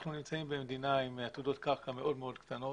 אנחנו נמצאים במדינה עם עתודות קרקע מאוד מאוד קטנות.